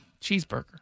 cheeseburger